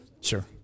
sure